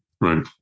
Right